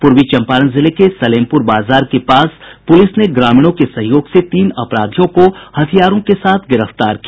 पूर्वी चंपारण जिले के सलेमपुर बाजार के पास पुलिस ने ग्रामीणों के सहयोग से तीन अपराधियों को हथियारों के साथ गिरफ्तार किया